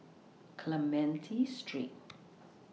Clementi Street